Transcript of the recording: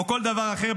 או כל דבר אחר,